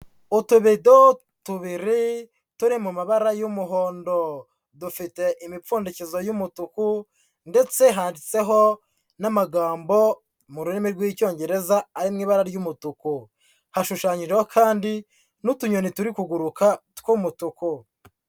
Utubido tubiri turi mu mabara y'umuhondo, dufite imipfundikizo y'umutuku ndetse handitseho n'amagambo mu rurimi rw'Icyongereza ari mu ibara ry'umutuku, hashushanyiho kandi n'utunyoni turi kuguruka tw'umutuku.